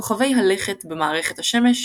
כוכבי הלכת במערכת השמש,